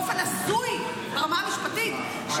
באופן הזוי ברמה המשפטית,